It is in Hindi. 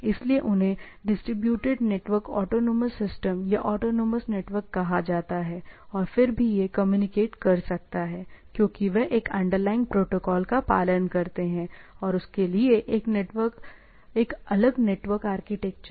इसलिए उन्हें डिस्ट्रीब्यूटेड नेटवर्क ऑटोनॉमस सिस्टम या ऑटोनॉमस नेटवर्क कहा जाता है और फिर भी यह कम्युनिकेट कर सकता है क्योंकि वे एक अंडरलाइंग प्रोटोकॉल का पालन करते हैं और उसके लिए एक अलग नेटवर्क आर्किटेक्चर है